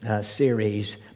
series